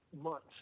months